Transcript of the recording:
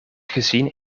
gezien